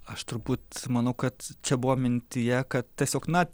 aš turbūt manau kad čia buvo mintyje kad tiesiog na